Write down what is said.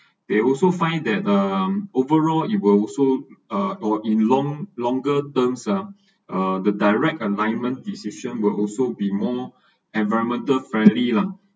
they also find that um overall it will also uh in long longer terms uh the direct environment decision will also be more environmental friendly lah